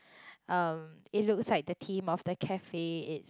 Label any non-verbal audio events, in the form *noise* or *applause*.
*breath* um it looks like the theme of the cafe is